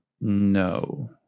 No